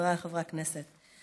חבריי חברי הכנסת,